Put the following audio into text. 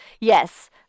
Yes